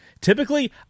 Typically